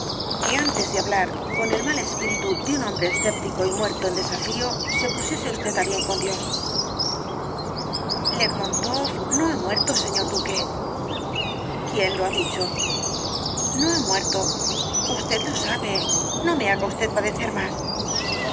que antes de hablar con el mal espíritu de un hombre escéptico y muerto en desafío se pusiese usted á bien con dios rosalía de castro lermontoff no ha muerto señor duque quién lo ha dicho no ha muerto usted lo sabe no me haga usted padecer más